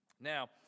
Now